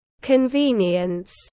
convenience